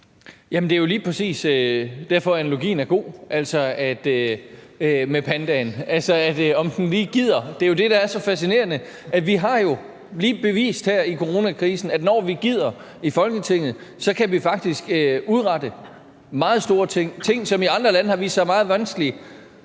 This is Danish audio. det er jo lige præcis derfor, at analogien med pandaen er god – altså om den lige gider. Det er jo det, der er så fascinerende. Vi har jo i Folketinget lige bevist her i coronakrisen, at når vi gider, kan vi faktisk udrette meget store ting; ting, som i andre lande har vist sig meget vanskelige.